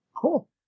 Cool